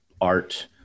art